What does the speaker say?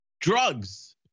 Drugs